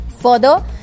Further